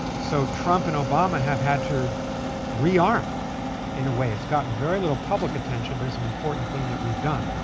so trump and obama have had to rearm in a way. it's gotten very little public attention, but it's an important thing that we've done.